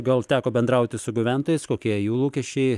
gal teko bendrauti su gyventojais kokie jų lūkesčiai